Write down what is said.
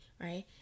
right